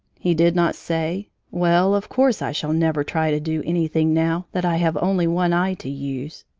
he did not say well, of course, i shall never try to do anything now that i have only one eye to use.